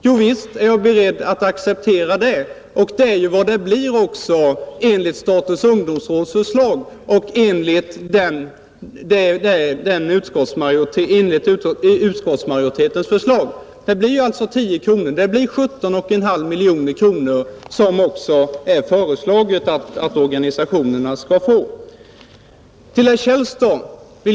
Jovisst är jag beredd att acceptera det, och det är ju den summa som både ungdomsrådet och utskottsmajoriteten har föreslagit. Det blir sammanlagt 17,5 miljoner kronor, vilket också är föreslaget att organisationerna skall få.